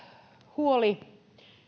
huoli toimeentulosta